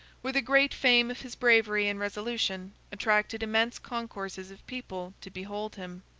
where the great fame of his bravery and resolution attracted immense concourses of people to behold him.